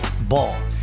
Ball